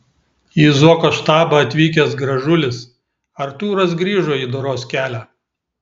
į zuoko štabą atvykęs gražulis artūras grįžo į doros kelią